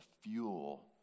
fuel